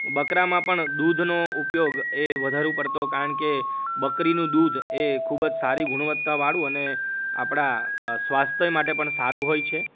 બકરામાં પણ દૂધનો ઉપયોગ એ વધારે પડતો કારણ કે બકરીનું દૂધ એ ખૂબ જ સારી ગુણવતા વાળું અને આપળા સ્વાસ્થય માટે પણ સારું હોય છે